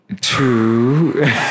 two